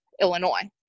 Illinois